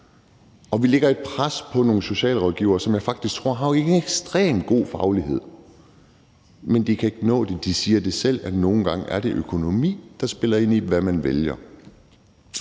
Og vi lægger et pres på nogle socialrådgivere, som jeg faktisk tror har en ekstremt god faglighed, men de kan ikke nå det. De siger det selv, altså at nogle gange er det økonomi, der spiller ind, i forhold til hvad man vælger.